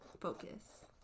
Focus